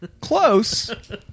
close